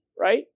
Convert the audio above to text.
right